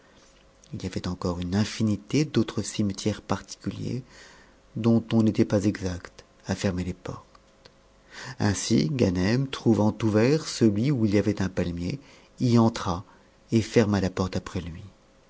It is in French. il y avait encore une insnité d'autres cimetières particuliers dont on n'était pas exact à fermer les portes ainsi ganem trouvant ouvert celui où il y avait un palmier y entra et ferma la porte après lui